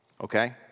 Okay